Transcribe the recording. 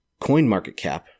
CoinMarketCap